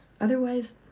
Otherwise